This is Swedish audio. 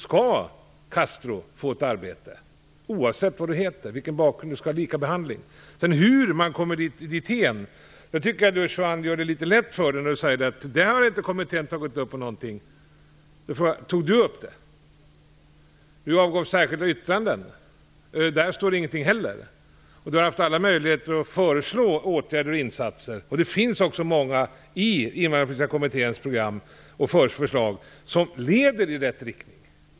Man skall få arbete oavsett vad man heter eller vilken bakgrund man har; man måste få samma behandling. Vad gäller hur man kommer dithän tycker jag att Juan Fonseca gör det litet lätt för sig när han säger att kommittén inte har tagit upp någonting om detta. Får jag fråga om Juan Fonseca tog upp det? Juan Fonseca avgav särskilda yttranden. Där står det ingenting heller. Juan Fonseca har haft alla möjligheter att föreslå åtgärder och insatser, och det finns också mycket i Invandrarpolitiska kommitténs program och förslag som leder i rätt riktning.